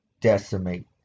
decimate